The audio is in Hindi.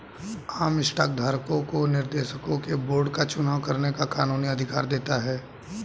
आम स्टॉक धारकों को निर्देशकों के बोर्ड का चुनाव करने का कानूनी अधिकार देता है